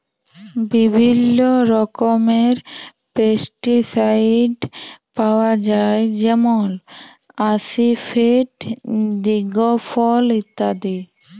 বিভিল্ল্য রকমের পেস্টিসাইড পাউয়া যায় যেমল আসিফেট, দিগফল ইত্যাদি